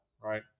right